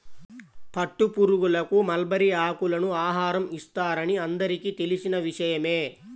పట్టుపురుగులకు మల్బరీ ఆకులను ఆహారం ఇస్తారని అందరికీ తెలిసిన విషయమే